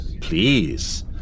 Please